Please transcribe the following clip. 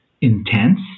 intense